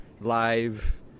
live